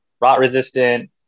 rot-resistant